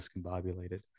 discombobulated